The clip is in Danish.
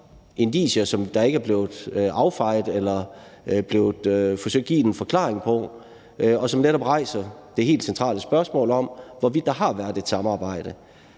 indicier, som ikke er blevet affejet eller blevet forsøgt givet en forklaring på, og som netop rejser det helt centrale spørgsmål om, hvorvidt der har været et samarbejde,